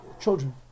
children